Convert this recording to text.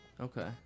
Okay